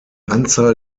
anzahl